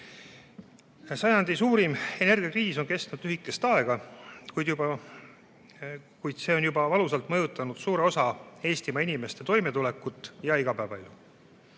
Sajandi suurim energiakriis on kestnud lühikest aega, kuid see on juba valusalt mõjutanud suure osa Eesti inimeste toimetulekut ja igapäevaelu.